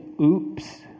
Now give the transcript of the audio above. oops